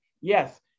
yes